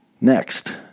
Next